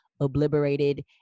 obliterated